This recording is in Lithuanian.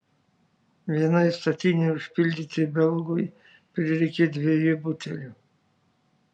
vienai statinei užpildyti belgui prireikė dviejų butelių